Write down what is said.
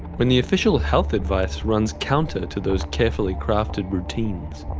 when the official health advice runs counter to those carefully crafted routines,